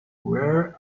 where